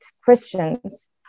Christians